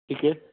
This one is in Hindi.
ठीक है